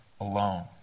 alone